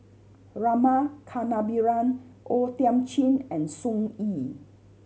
Rama Kannabiran O Thiam Chin and Sun Yee